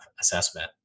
assessment